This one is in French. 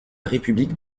république